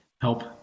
help